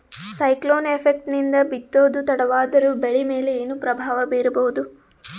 Cyclone effect ನಿಂದ ಬಿತ್ತೋದು ತಡವಾದರೂ ಬೆಳಿ ಮೇಲೆ ಏನು ಪ್ರಭಾವ ಬೀರಬಹುದು?